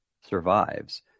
survives